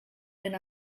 while